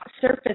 surface